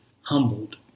humbled